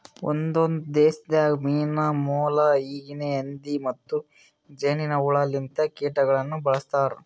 ಒಂದೊಂದು ದೇಶದಾಗ್ ಮೀನಾ, ಮೊಲ, ಗಿನೆ ಹಂದಿ ಮತ್ತ್ ಜೇನಿನ್ ಹುಳ ಲಿಂತ ಕೀಟಗೊಳನು ಬಳ್ಸತಾರ್